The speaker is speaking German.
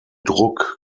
druck